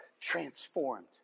transformed